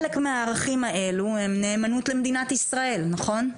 חלק מהערכים האלו הם נאמנות למדינת ישראל, נכון?